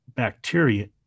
bacteria